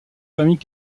famille